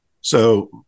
So-